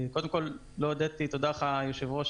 לא הודיתי לך כבוד היושב ראש,